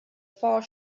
far